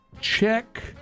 Check